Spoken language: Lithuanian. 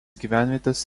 gyvenvietės